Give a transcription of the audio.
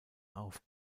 auf